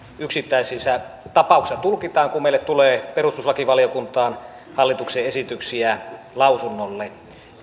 yksittäisissä tapauksissa tulkitaan kun meille tulee perustuslakivaliokuntaan hallituksen esityksiä lausunnolle